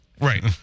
Right